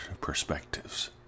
perspectives